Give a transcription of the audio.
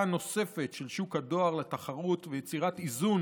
נוספת של שוק הדואר לתחרות ויצירת איזון